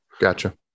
Gotcha